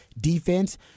defense